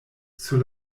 sur